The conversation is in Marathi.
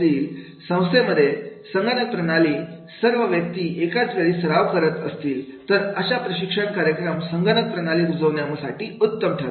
संस्थेमधील संगणकप्रणाली सर्व व्यक्ती एकावेळी सराव करणार असतील तर असा प्रशिक्षण कार्यक्रम कार्यक्षम संगणक प्रणाली रुजविण्यासाठी उत्तम ठरेल